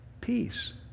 Peace